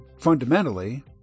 fundamentally